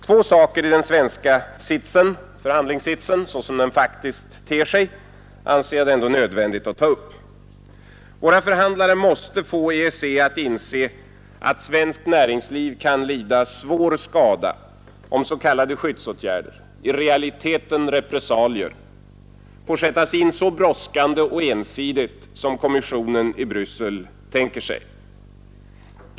Två saker i den svenska förhandlingssitsen — som den faktiskt ter sig — anser jag det ändå nödvändigt att ta upp. Våra förhandlare måste få EEC att inse att svenskt näringsliv kan lida svår skada om s.k. skyddsåtgärder — i realiteten repressalier — får sättas in så brådskande och ensidigt som kommissionen i Bryssel tänker sig.